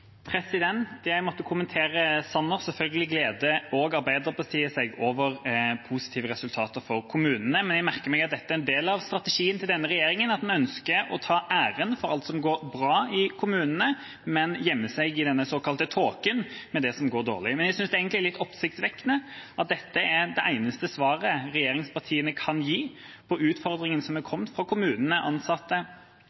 Jeg måtte bare kommentere Sanner. Selvfølgelig gleder også Arbeiderpartiet seg over positive resultater for kommunene, men jeg merker meg at dette er en del av strategien til denne regjeringa – en ønsker å ta æren for alt som går bra i kommunene, men gjemmer seg i denne såkalte tåken med det som går dårlig. Men jeg synes egentlig det er litt oppsiktsvekkende at det eneste svaret regjeringspartiene kan gi på utfordringen som er